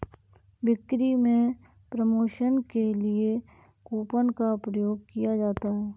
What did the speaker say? बिक्री में प्रमोशन के लिए कूपन का प्रयोग किया जाता है